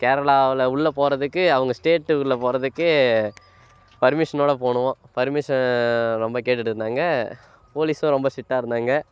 கேரளாவில் உள்ளே போகிறதுக்கு அவங்க ஸ்டேட்டு உள்ளே போகிறதுக்கு பர்மிஷனோடு போகணும் பர்மிஷன் ரொம்ப கேட்டுகிட்டு இருந்தாங்க போலீஸும் ரொம்ப ஸ்டிட்டாக இருந்தாங்க